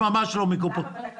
מה זה היום בתקנות?